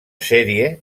sèrie